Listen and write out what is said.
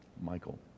Michael